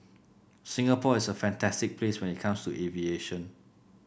Singapore is a fantastic place when it comes to aviation